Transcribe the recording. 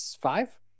five